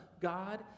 God